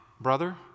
brother